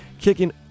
kicking